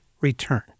returned